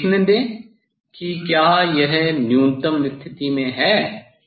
अब मुझे देखने दें कि क्या यह न्यूनतम स्थिति में है